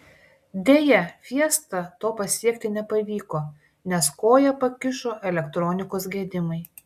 deja fiesta to pasiekti nepavyko nes koją pakišo elektronikos gedimai